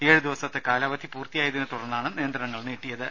ഏഴ് ദിവസത്തെ കാലാവധി പൂർത്തിയായതിനെ തുടർന്നാണ് നിയന്ത്രണങ്ങൾ നീട്ടിയത്